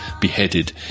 beheaded